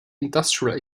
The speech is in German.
industrial